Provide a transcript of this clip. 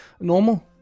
normal